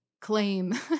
claim